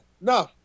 no